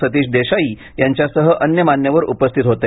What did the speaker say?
सतीश देसाई यांच्यासह अन्य मान्यवर उपस्थित होते